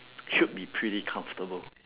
should be pretty comfortable